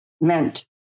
meant